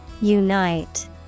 Unite